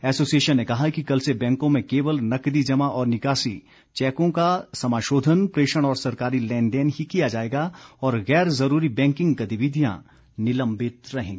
association ने कहा है कि कल से बैंकों में केवल नकदी जमा और निकासी चैकों का समाशोधन प्रेषण और सरकारी लेन देन ही किया जाएगा और गैर जरूरी बैंकिंग गतिविधियां निलंबित रहेंगी